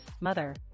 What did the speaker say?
mother